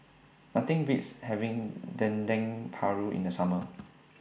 Nothing Beats having Dendeng Paru in The Summer